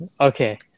okay